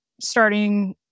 starting